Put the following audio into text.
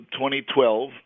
2012